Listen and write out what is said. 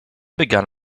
began